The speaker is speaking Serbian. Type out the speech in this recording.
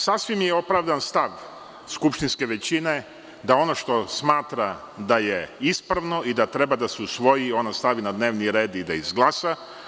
Sasvim je opravdan stav skupštinske većine da ono što smatra da je ispravno i da treba da se usvoji, ona stavi na dnevni red i da izglasa.